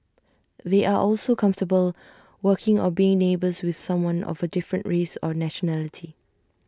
they are also comfortable working or being neighbours with someone of A different race or nationality